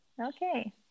Okay